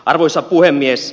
arvoisa puhemies